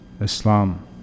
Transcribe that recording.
Islam